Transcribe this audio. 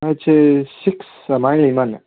ꯍꯥꯏꯠꯁꯦ ꯁꯤꯛꯁ ꯑꯗꯨꯃꯥꯏꯅ ꯂꯩꯃꯥꯜꯂꯦ